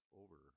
over